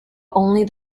only